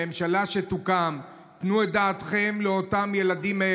לממשלה שתוקם: תנו את דעתכם לאותם ילדים,